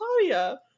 Claudia